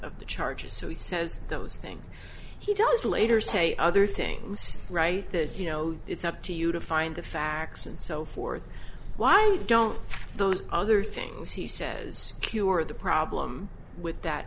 of the charges so he says those things he does later say other things right that you know it's up to you to find the facts and so forth why don't those other things he says cure the problem with that